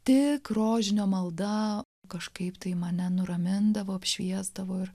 tik rožinio malda kažkaip tai mane nuramindavo apšviesdavo ir